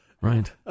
Right